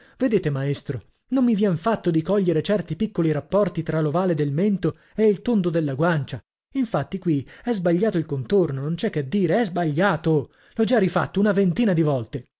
vedete maestro non mi vien fatto di cogliere certi piccoli rapporti tra l'ovale del mento e il tondo della guancia infatti qui è sbagliato il contorno non c'è che dire è sbagliato l'ho già rifatto una ventina di volte